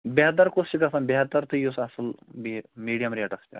بہتر کُس چھِ گَژھان بہتر تہٕ یُس اَصٕل بیٚیہِ میٖڈیِم ریٹَس پٮ۪ٹھ